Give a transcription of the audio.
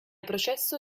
processo